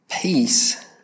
peace